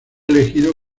elegido